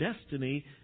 destiny